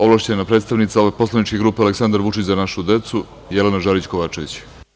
Ovlašćena predstavnica poslaničke grupe Aleksandar Vučić – Za našu decu, Jelena Žarić Kovačević.